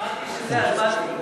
שמעתי שזה, אז באתי.